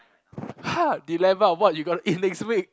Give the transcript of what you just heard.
!huh! dilemma what you're gonna eat next week